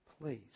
please